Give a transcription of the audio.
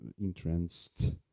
entranced